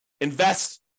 Invest